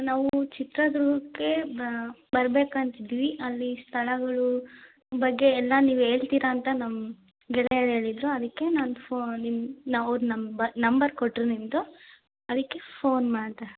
ನಾವೂ ಚಿತ್ರದುರ್ಗುಕ್ಕೆ ಬರ್ಬೇಕಂತ ಇದ್ದೀವಿ ಅಲ್ಲಿ ಸ್ಥಳಗಳು ಬಗ್ಗೆ ಎಲ್ಲ ನೀವು ಹೇಳ್ತಿರ ಅಂತ ನಮ್ಮ ಗೆಳೆಯರು ಹೇಳಿದ್ರು ಅದಕ್ಕೆ ನಾನು ಫೋ ನಿಮ್ಮ ನಾವು ನಂಬ ನಂಬರ್ ಕೊಟ್ಟರು ನಿಮ್ಮದು ಅದಕ್ಕೆ ಫೋನ್ ಮಾಡಿದೆ